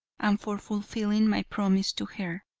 and for fulfilling my promise to her.